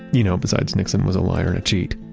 you know besides nixon was a liar and a cheat,